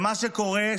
ומה שקורה,